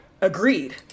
agreed